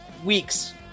weeks